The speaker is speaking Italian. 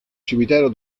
cimitero